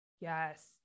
Yes